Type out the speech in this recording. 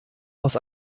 aus